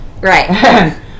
right